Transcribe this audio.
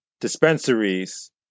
dispensaries